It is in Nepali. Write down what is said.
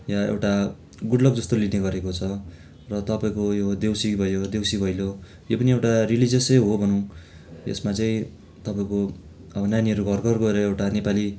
या एउटा गुड लक जस्तो लिने गरेको छ र तपाईँको यो देउसी भयो देउसी भैलो यो पनि एउटा रिलिजियसै हो भनौँ यसमा चाहिँ तपाईँको अब नानीहरू घर घरमा गएर एउटा नेपाली